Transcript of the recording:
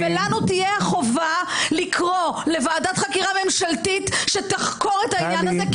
ולנו תהיה החובה לקרוא לוועדת חקירה ממשלתית שתחקור את העניין הזה,